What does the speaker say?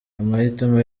amahitamo